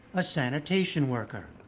a sanitation worker,